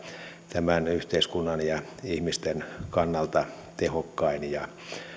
tämän yhteiskunnan ja ihmisten kannalta tehokkain ja